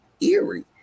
eerie